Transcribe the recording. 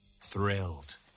thrilled